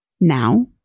now